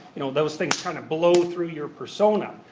you know, those things trying to blow through your persona.